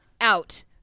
out